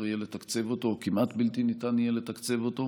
יהיה לתקצב אותו או יהיה כמעט בלתי ניתן לתקצב אותו,